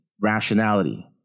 rationality